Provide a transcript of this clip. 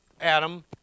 Adam